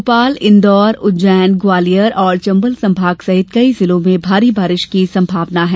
भोपाल इंदौर उज्जैनग्वालियर और चंबल संभाग सहित कई जिलों में भारी बारिश की संभावना जतायी है